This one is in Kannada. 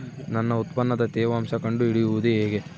ನನ್ನ ಉತ್ಪನ್ನದ ತೇವಾಂಶ ಕಂಡು ಹಿಡಿಯುವುದು ಹೇಗೆ?